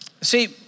See